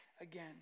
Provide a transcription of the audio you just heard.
again